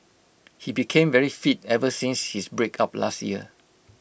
he became very fit ever since his breakup last year